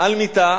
על מיטה,